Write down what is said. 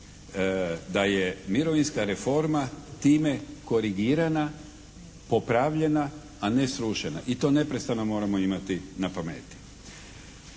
da je mirovinska reforma time korigirana, popravljena, a ne srušena i to neprestano moramo imati na pameti.